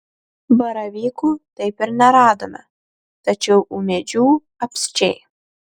baravykų taip ir neradome tačiau ūmėdžių apsčiai